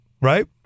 right